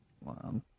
Wow